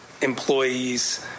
employees